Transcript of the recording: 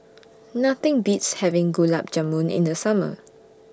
Nothing Beats having Gulab Jamun in The Summer